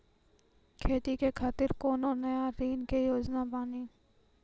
खेती के खातिर कोनो नया ऋण के योजना बानी?